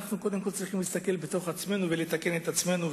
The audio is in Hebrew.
אנחנו צריכים להסתכל לתוך עצמנו ולתקן את עצמנו,